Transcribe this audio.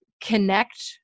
connect